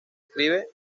escribe